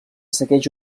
segueix